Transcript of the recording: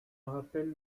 rappelle